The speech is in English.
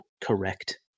correct